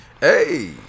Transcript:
Hey